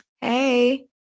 Hey